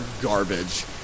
garbage